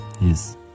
Yes